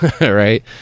right